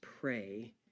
pray